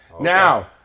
Now